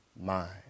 mind